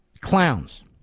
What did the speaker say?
Clowns